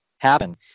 happen